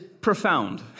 profound